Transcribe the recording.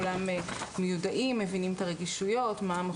ונניח מצבו של מישהו מתדרדר והוא מגיע לבית